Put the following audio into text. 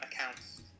accounts